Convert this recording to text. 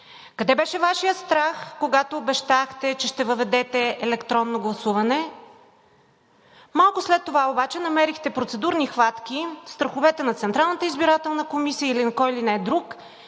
Къде беше Вашият страх, когато обещахте, че ще въведете електронно гласуване? Малко след това обаче намерихте процедурни хватки – страховете на Централната избирателна комисия и на кой ли не друг,